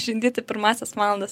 žindyti pirmąsias valandas